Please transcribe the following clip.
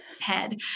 head